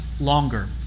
longer